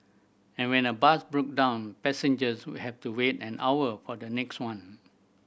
and when a bus broke down passengers would have to wait an hour for the next one